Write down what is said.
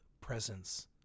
presence